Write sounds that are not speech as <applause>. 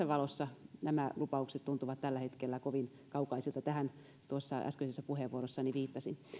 <unintelligible> valossa nämä lupaukset tuntuvat tällä hetkellä kovin kaukaisilta tähän tuossa äskeisessä puheenvuorossani viittasin no